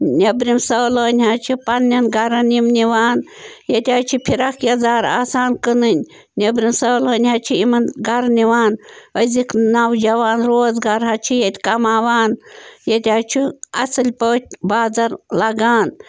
نٮ۪برِم سٲلٲنۍ حظ چھِ پنٛنٮ۪ن گَرَن یِم نِوان ییٚتہِ حظ چھِ فِراک یزار آسان کٕنٕنۍ نٮ۪برِم سٲلٲنۍ حظ چھِ یِمَن گَرٕ نِوان أزیِکۍ نوجوان روزگار حظ چھِ ییٚتہِ کماوان ییٚتہِ حظ چھِ اصٕل پٲٹھۍ بازَر لگان